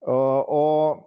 o o